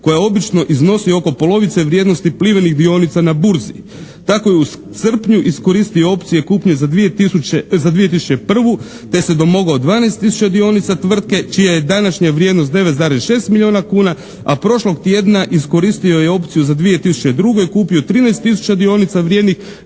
koja obično iznosi oko polovice vrijednosti "Plivinih" dionica na burzi. Tako je u srpnju iskoristio opcije kupnje za 2001. te se domogao 12 tisuća dionica tvrtke čija je današnja vrijednost 9,6 milijuna kuna, a prošlog tjedna iskoristio je opciju za 2002. i kupio je 13 tisuća dionica vrijednih